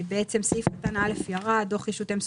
סעיף קטן (א) ירד "דוח ישות אם סופית,